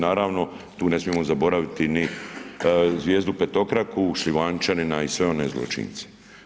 Naravno tu ne smijemo zaboraviti ni zvijezdu petokraku, Šljivančanina i sve one zločince.